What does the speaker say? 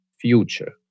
future